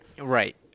Right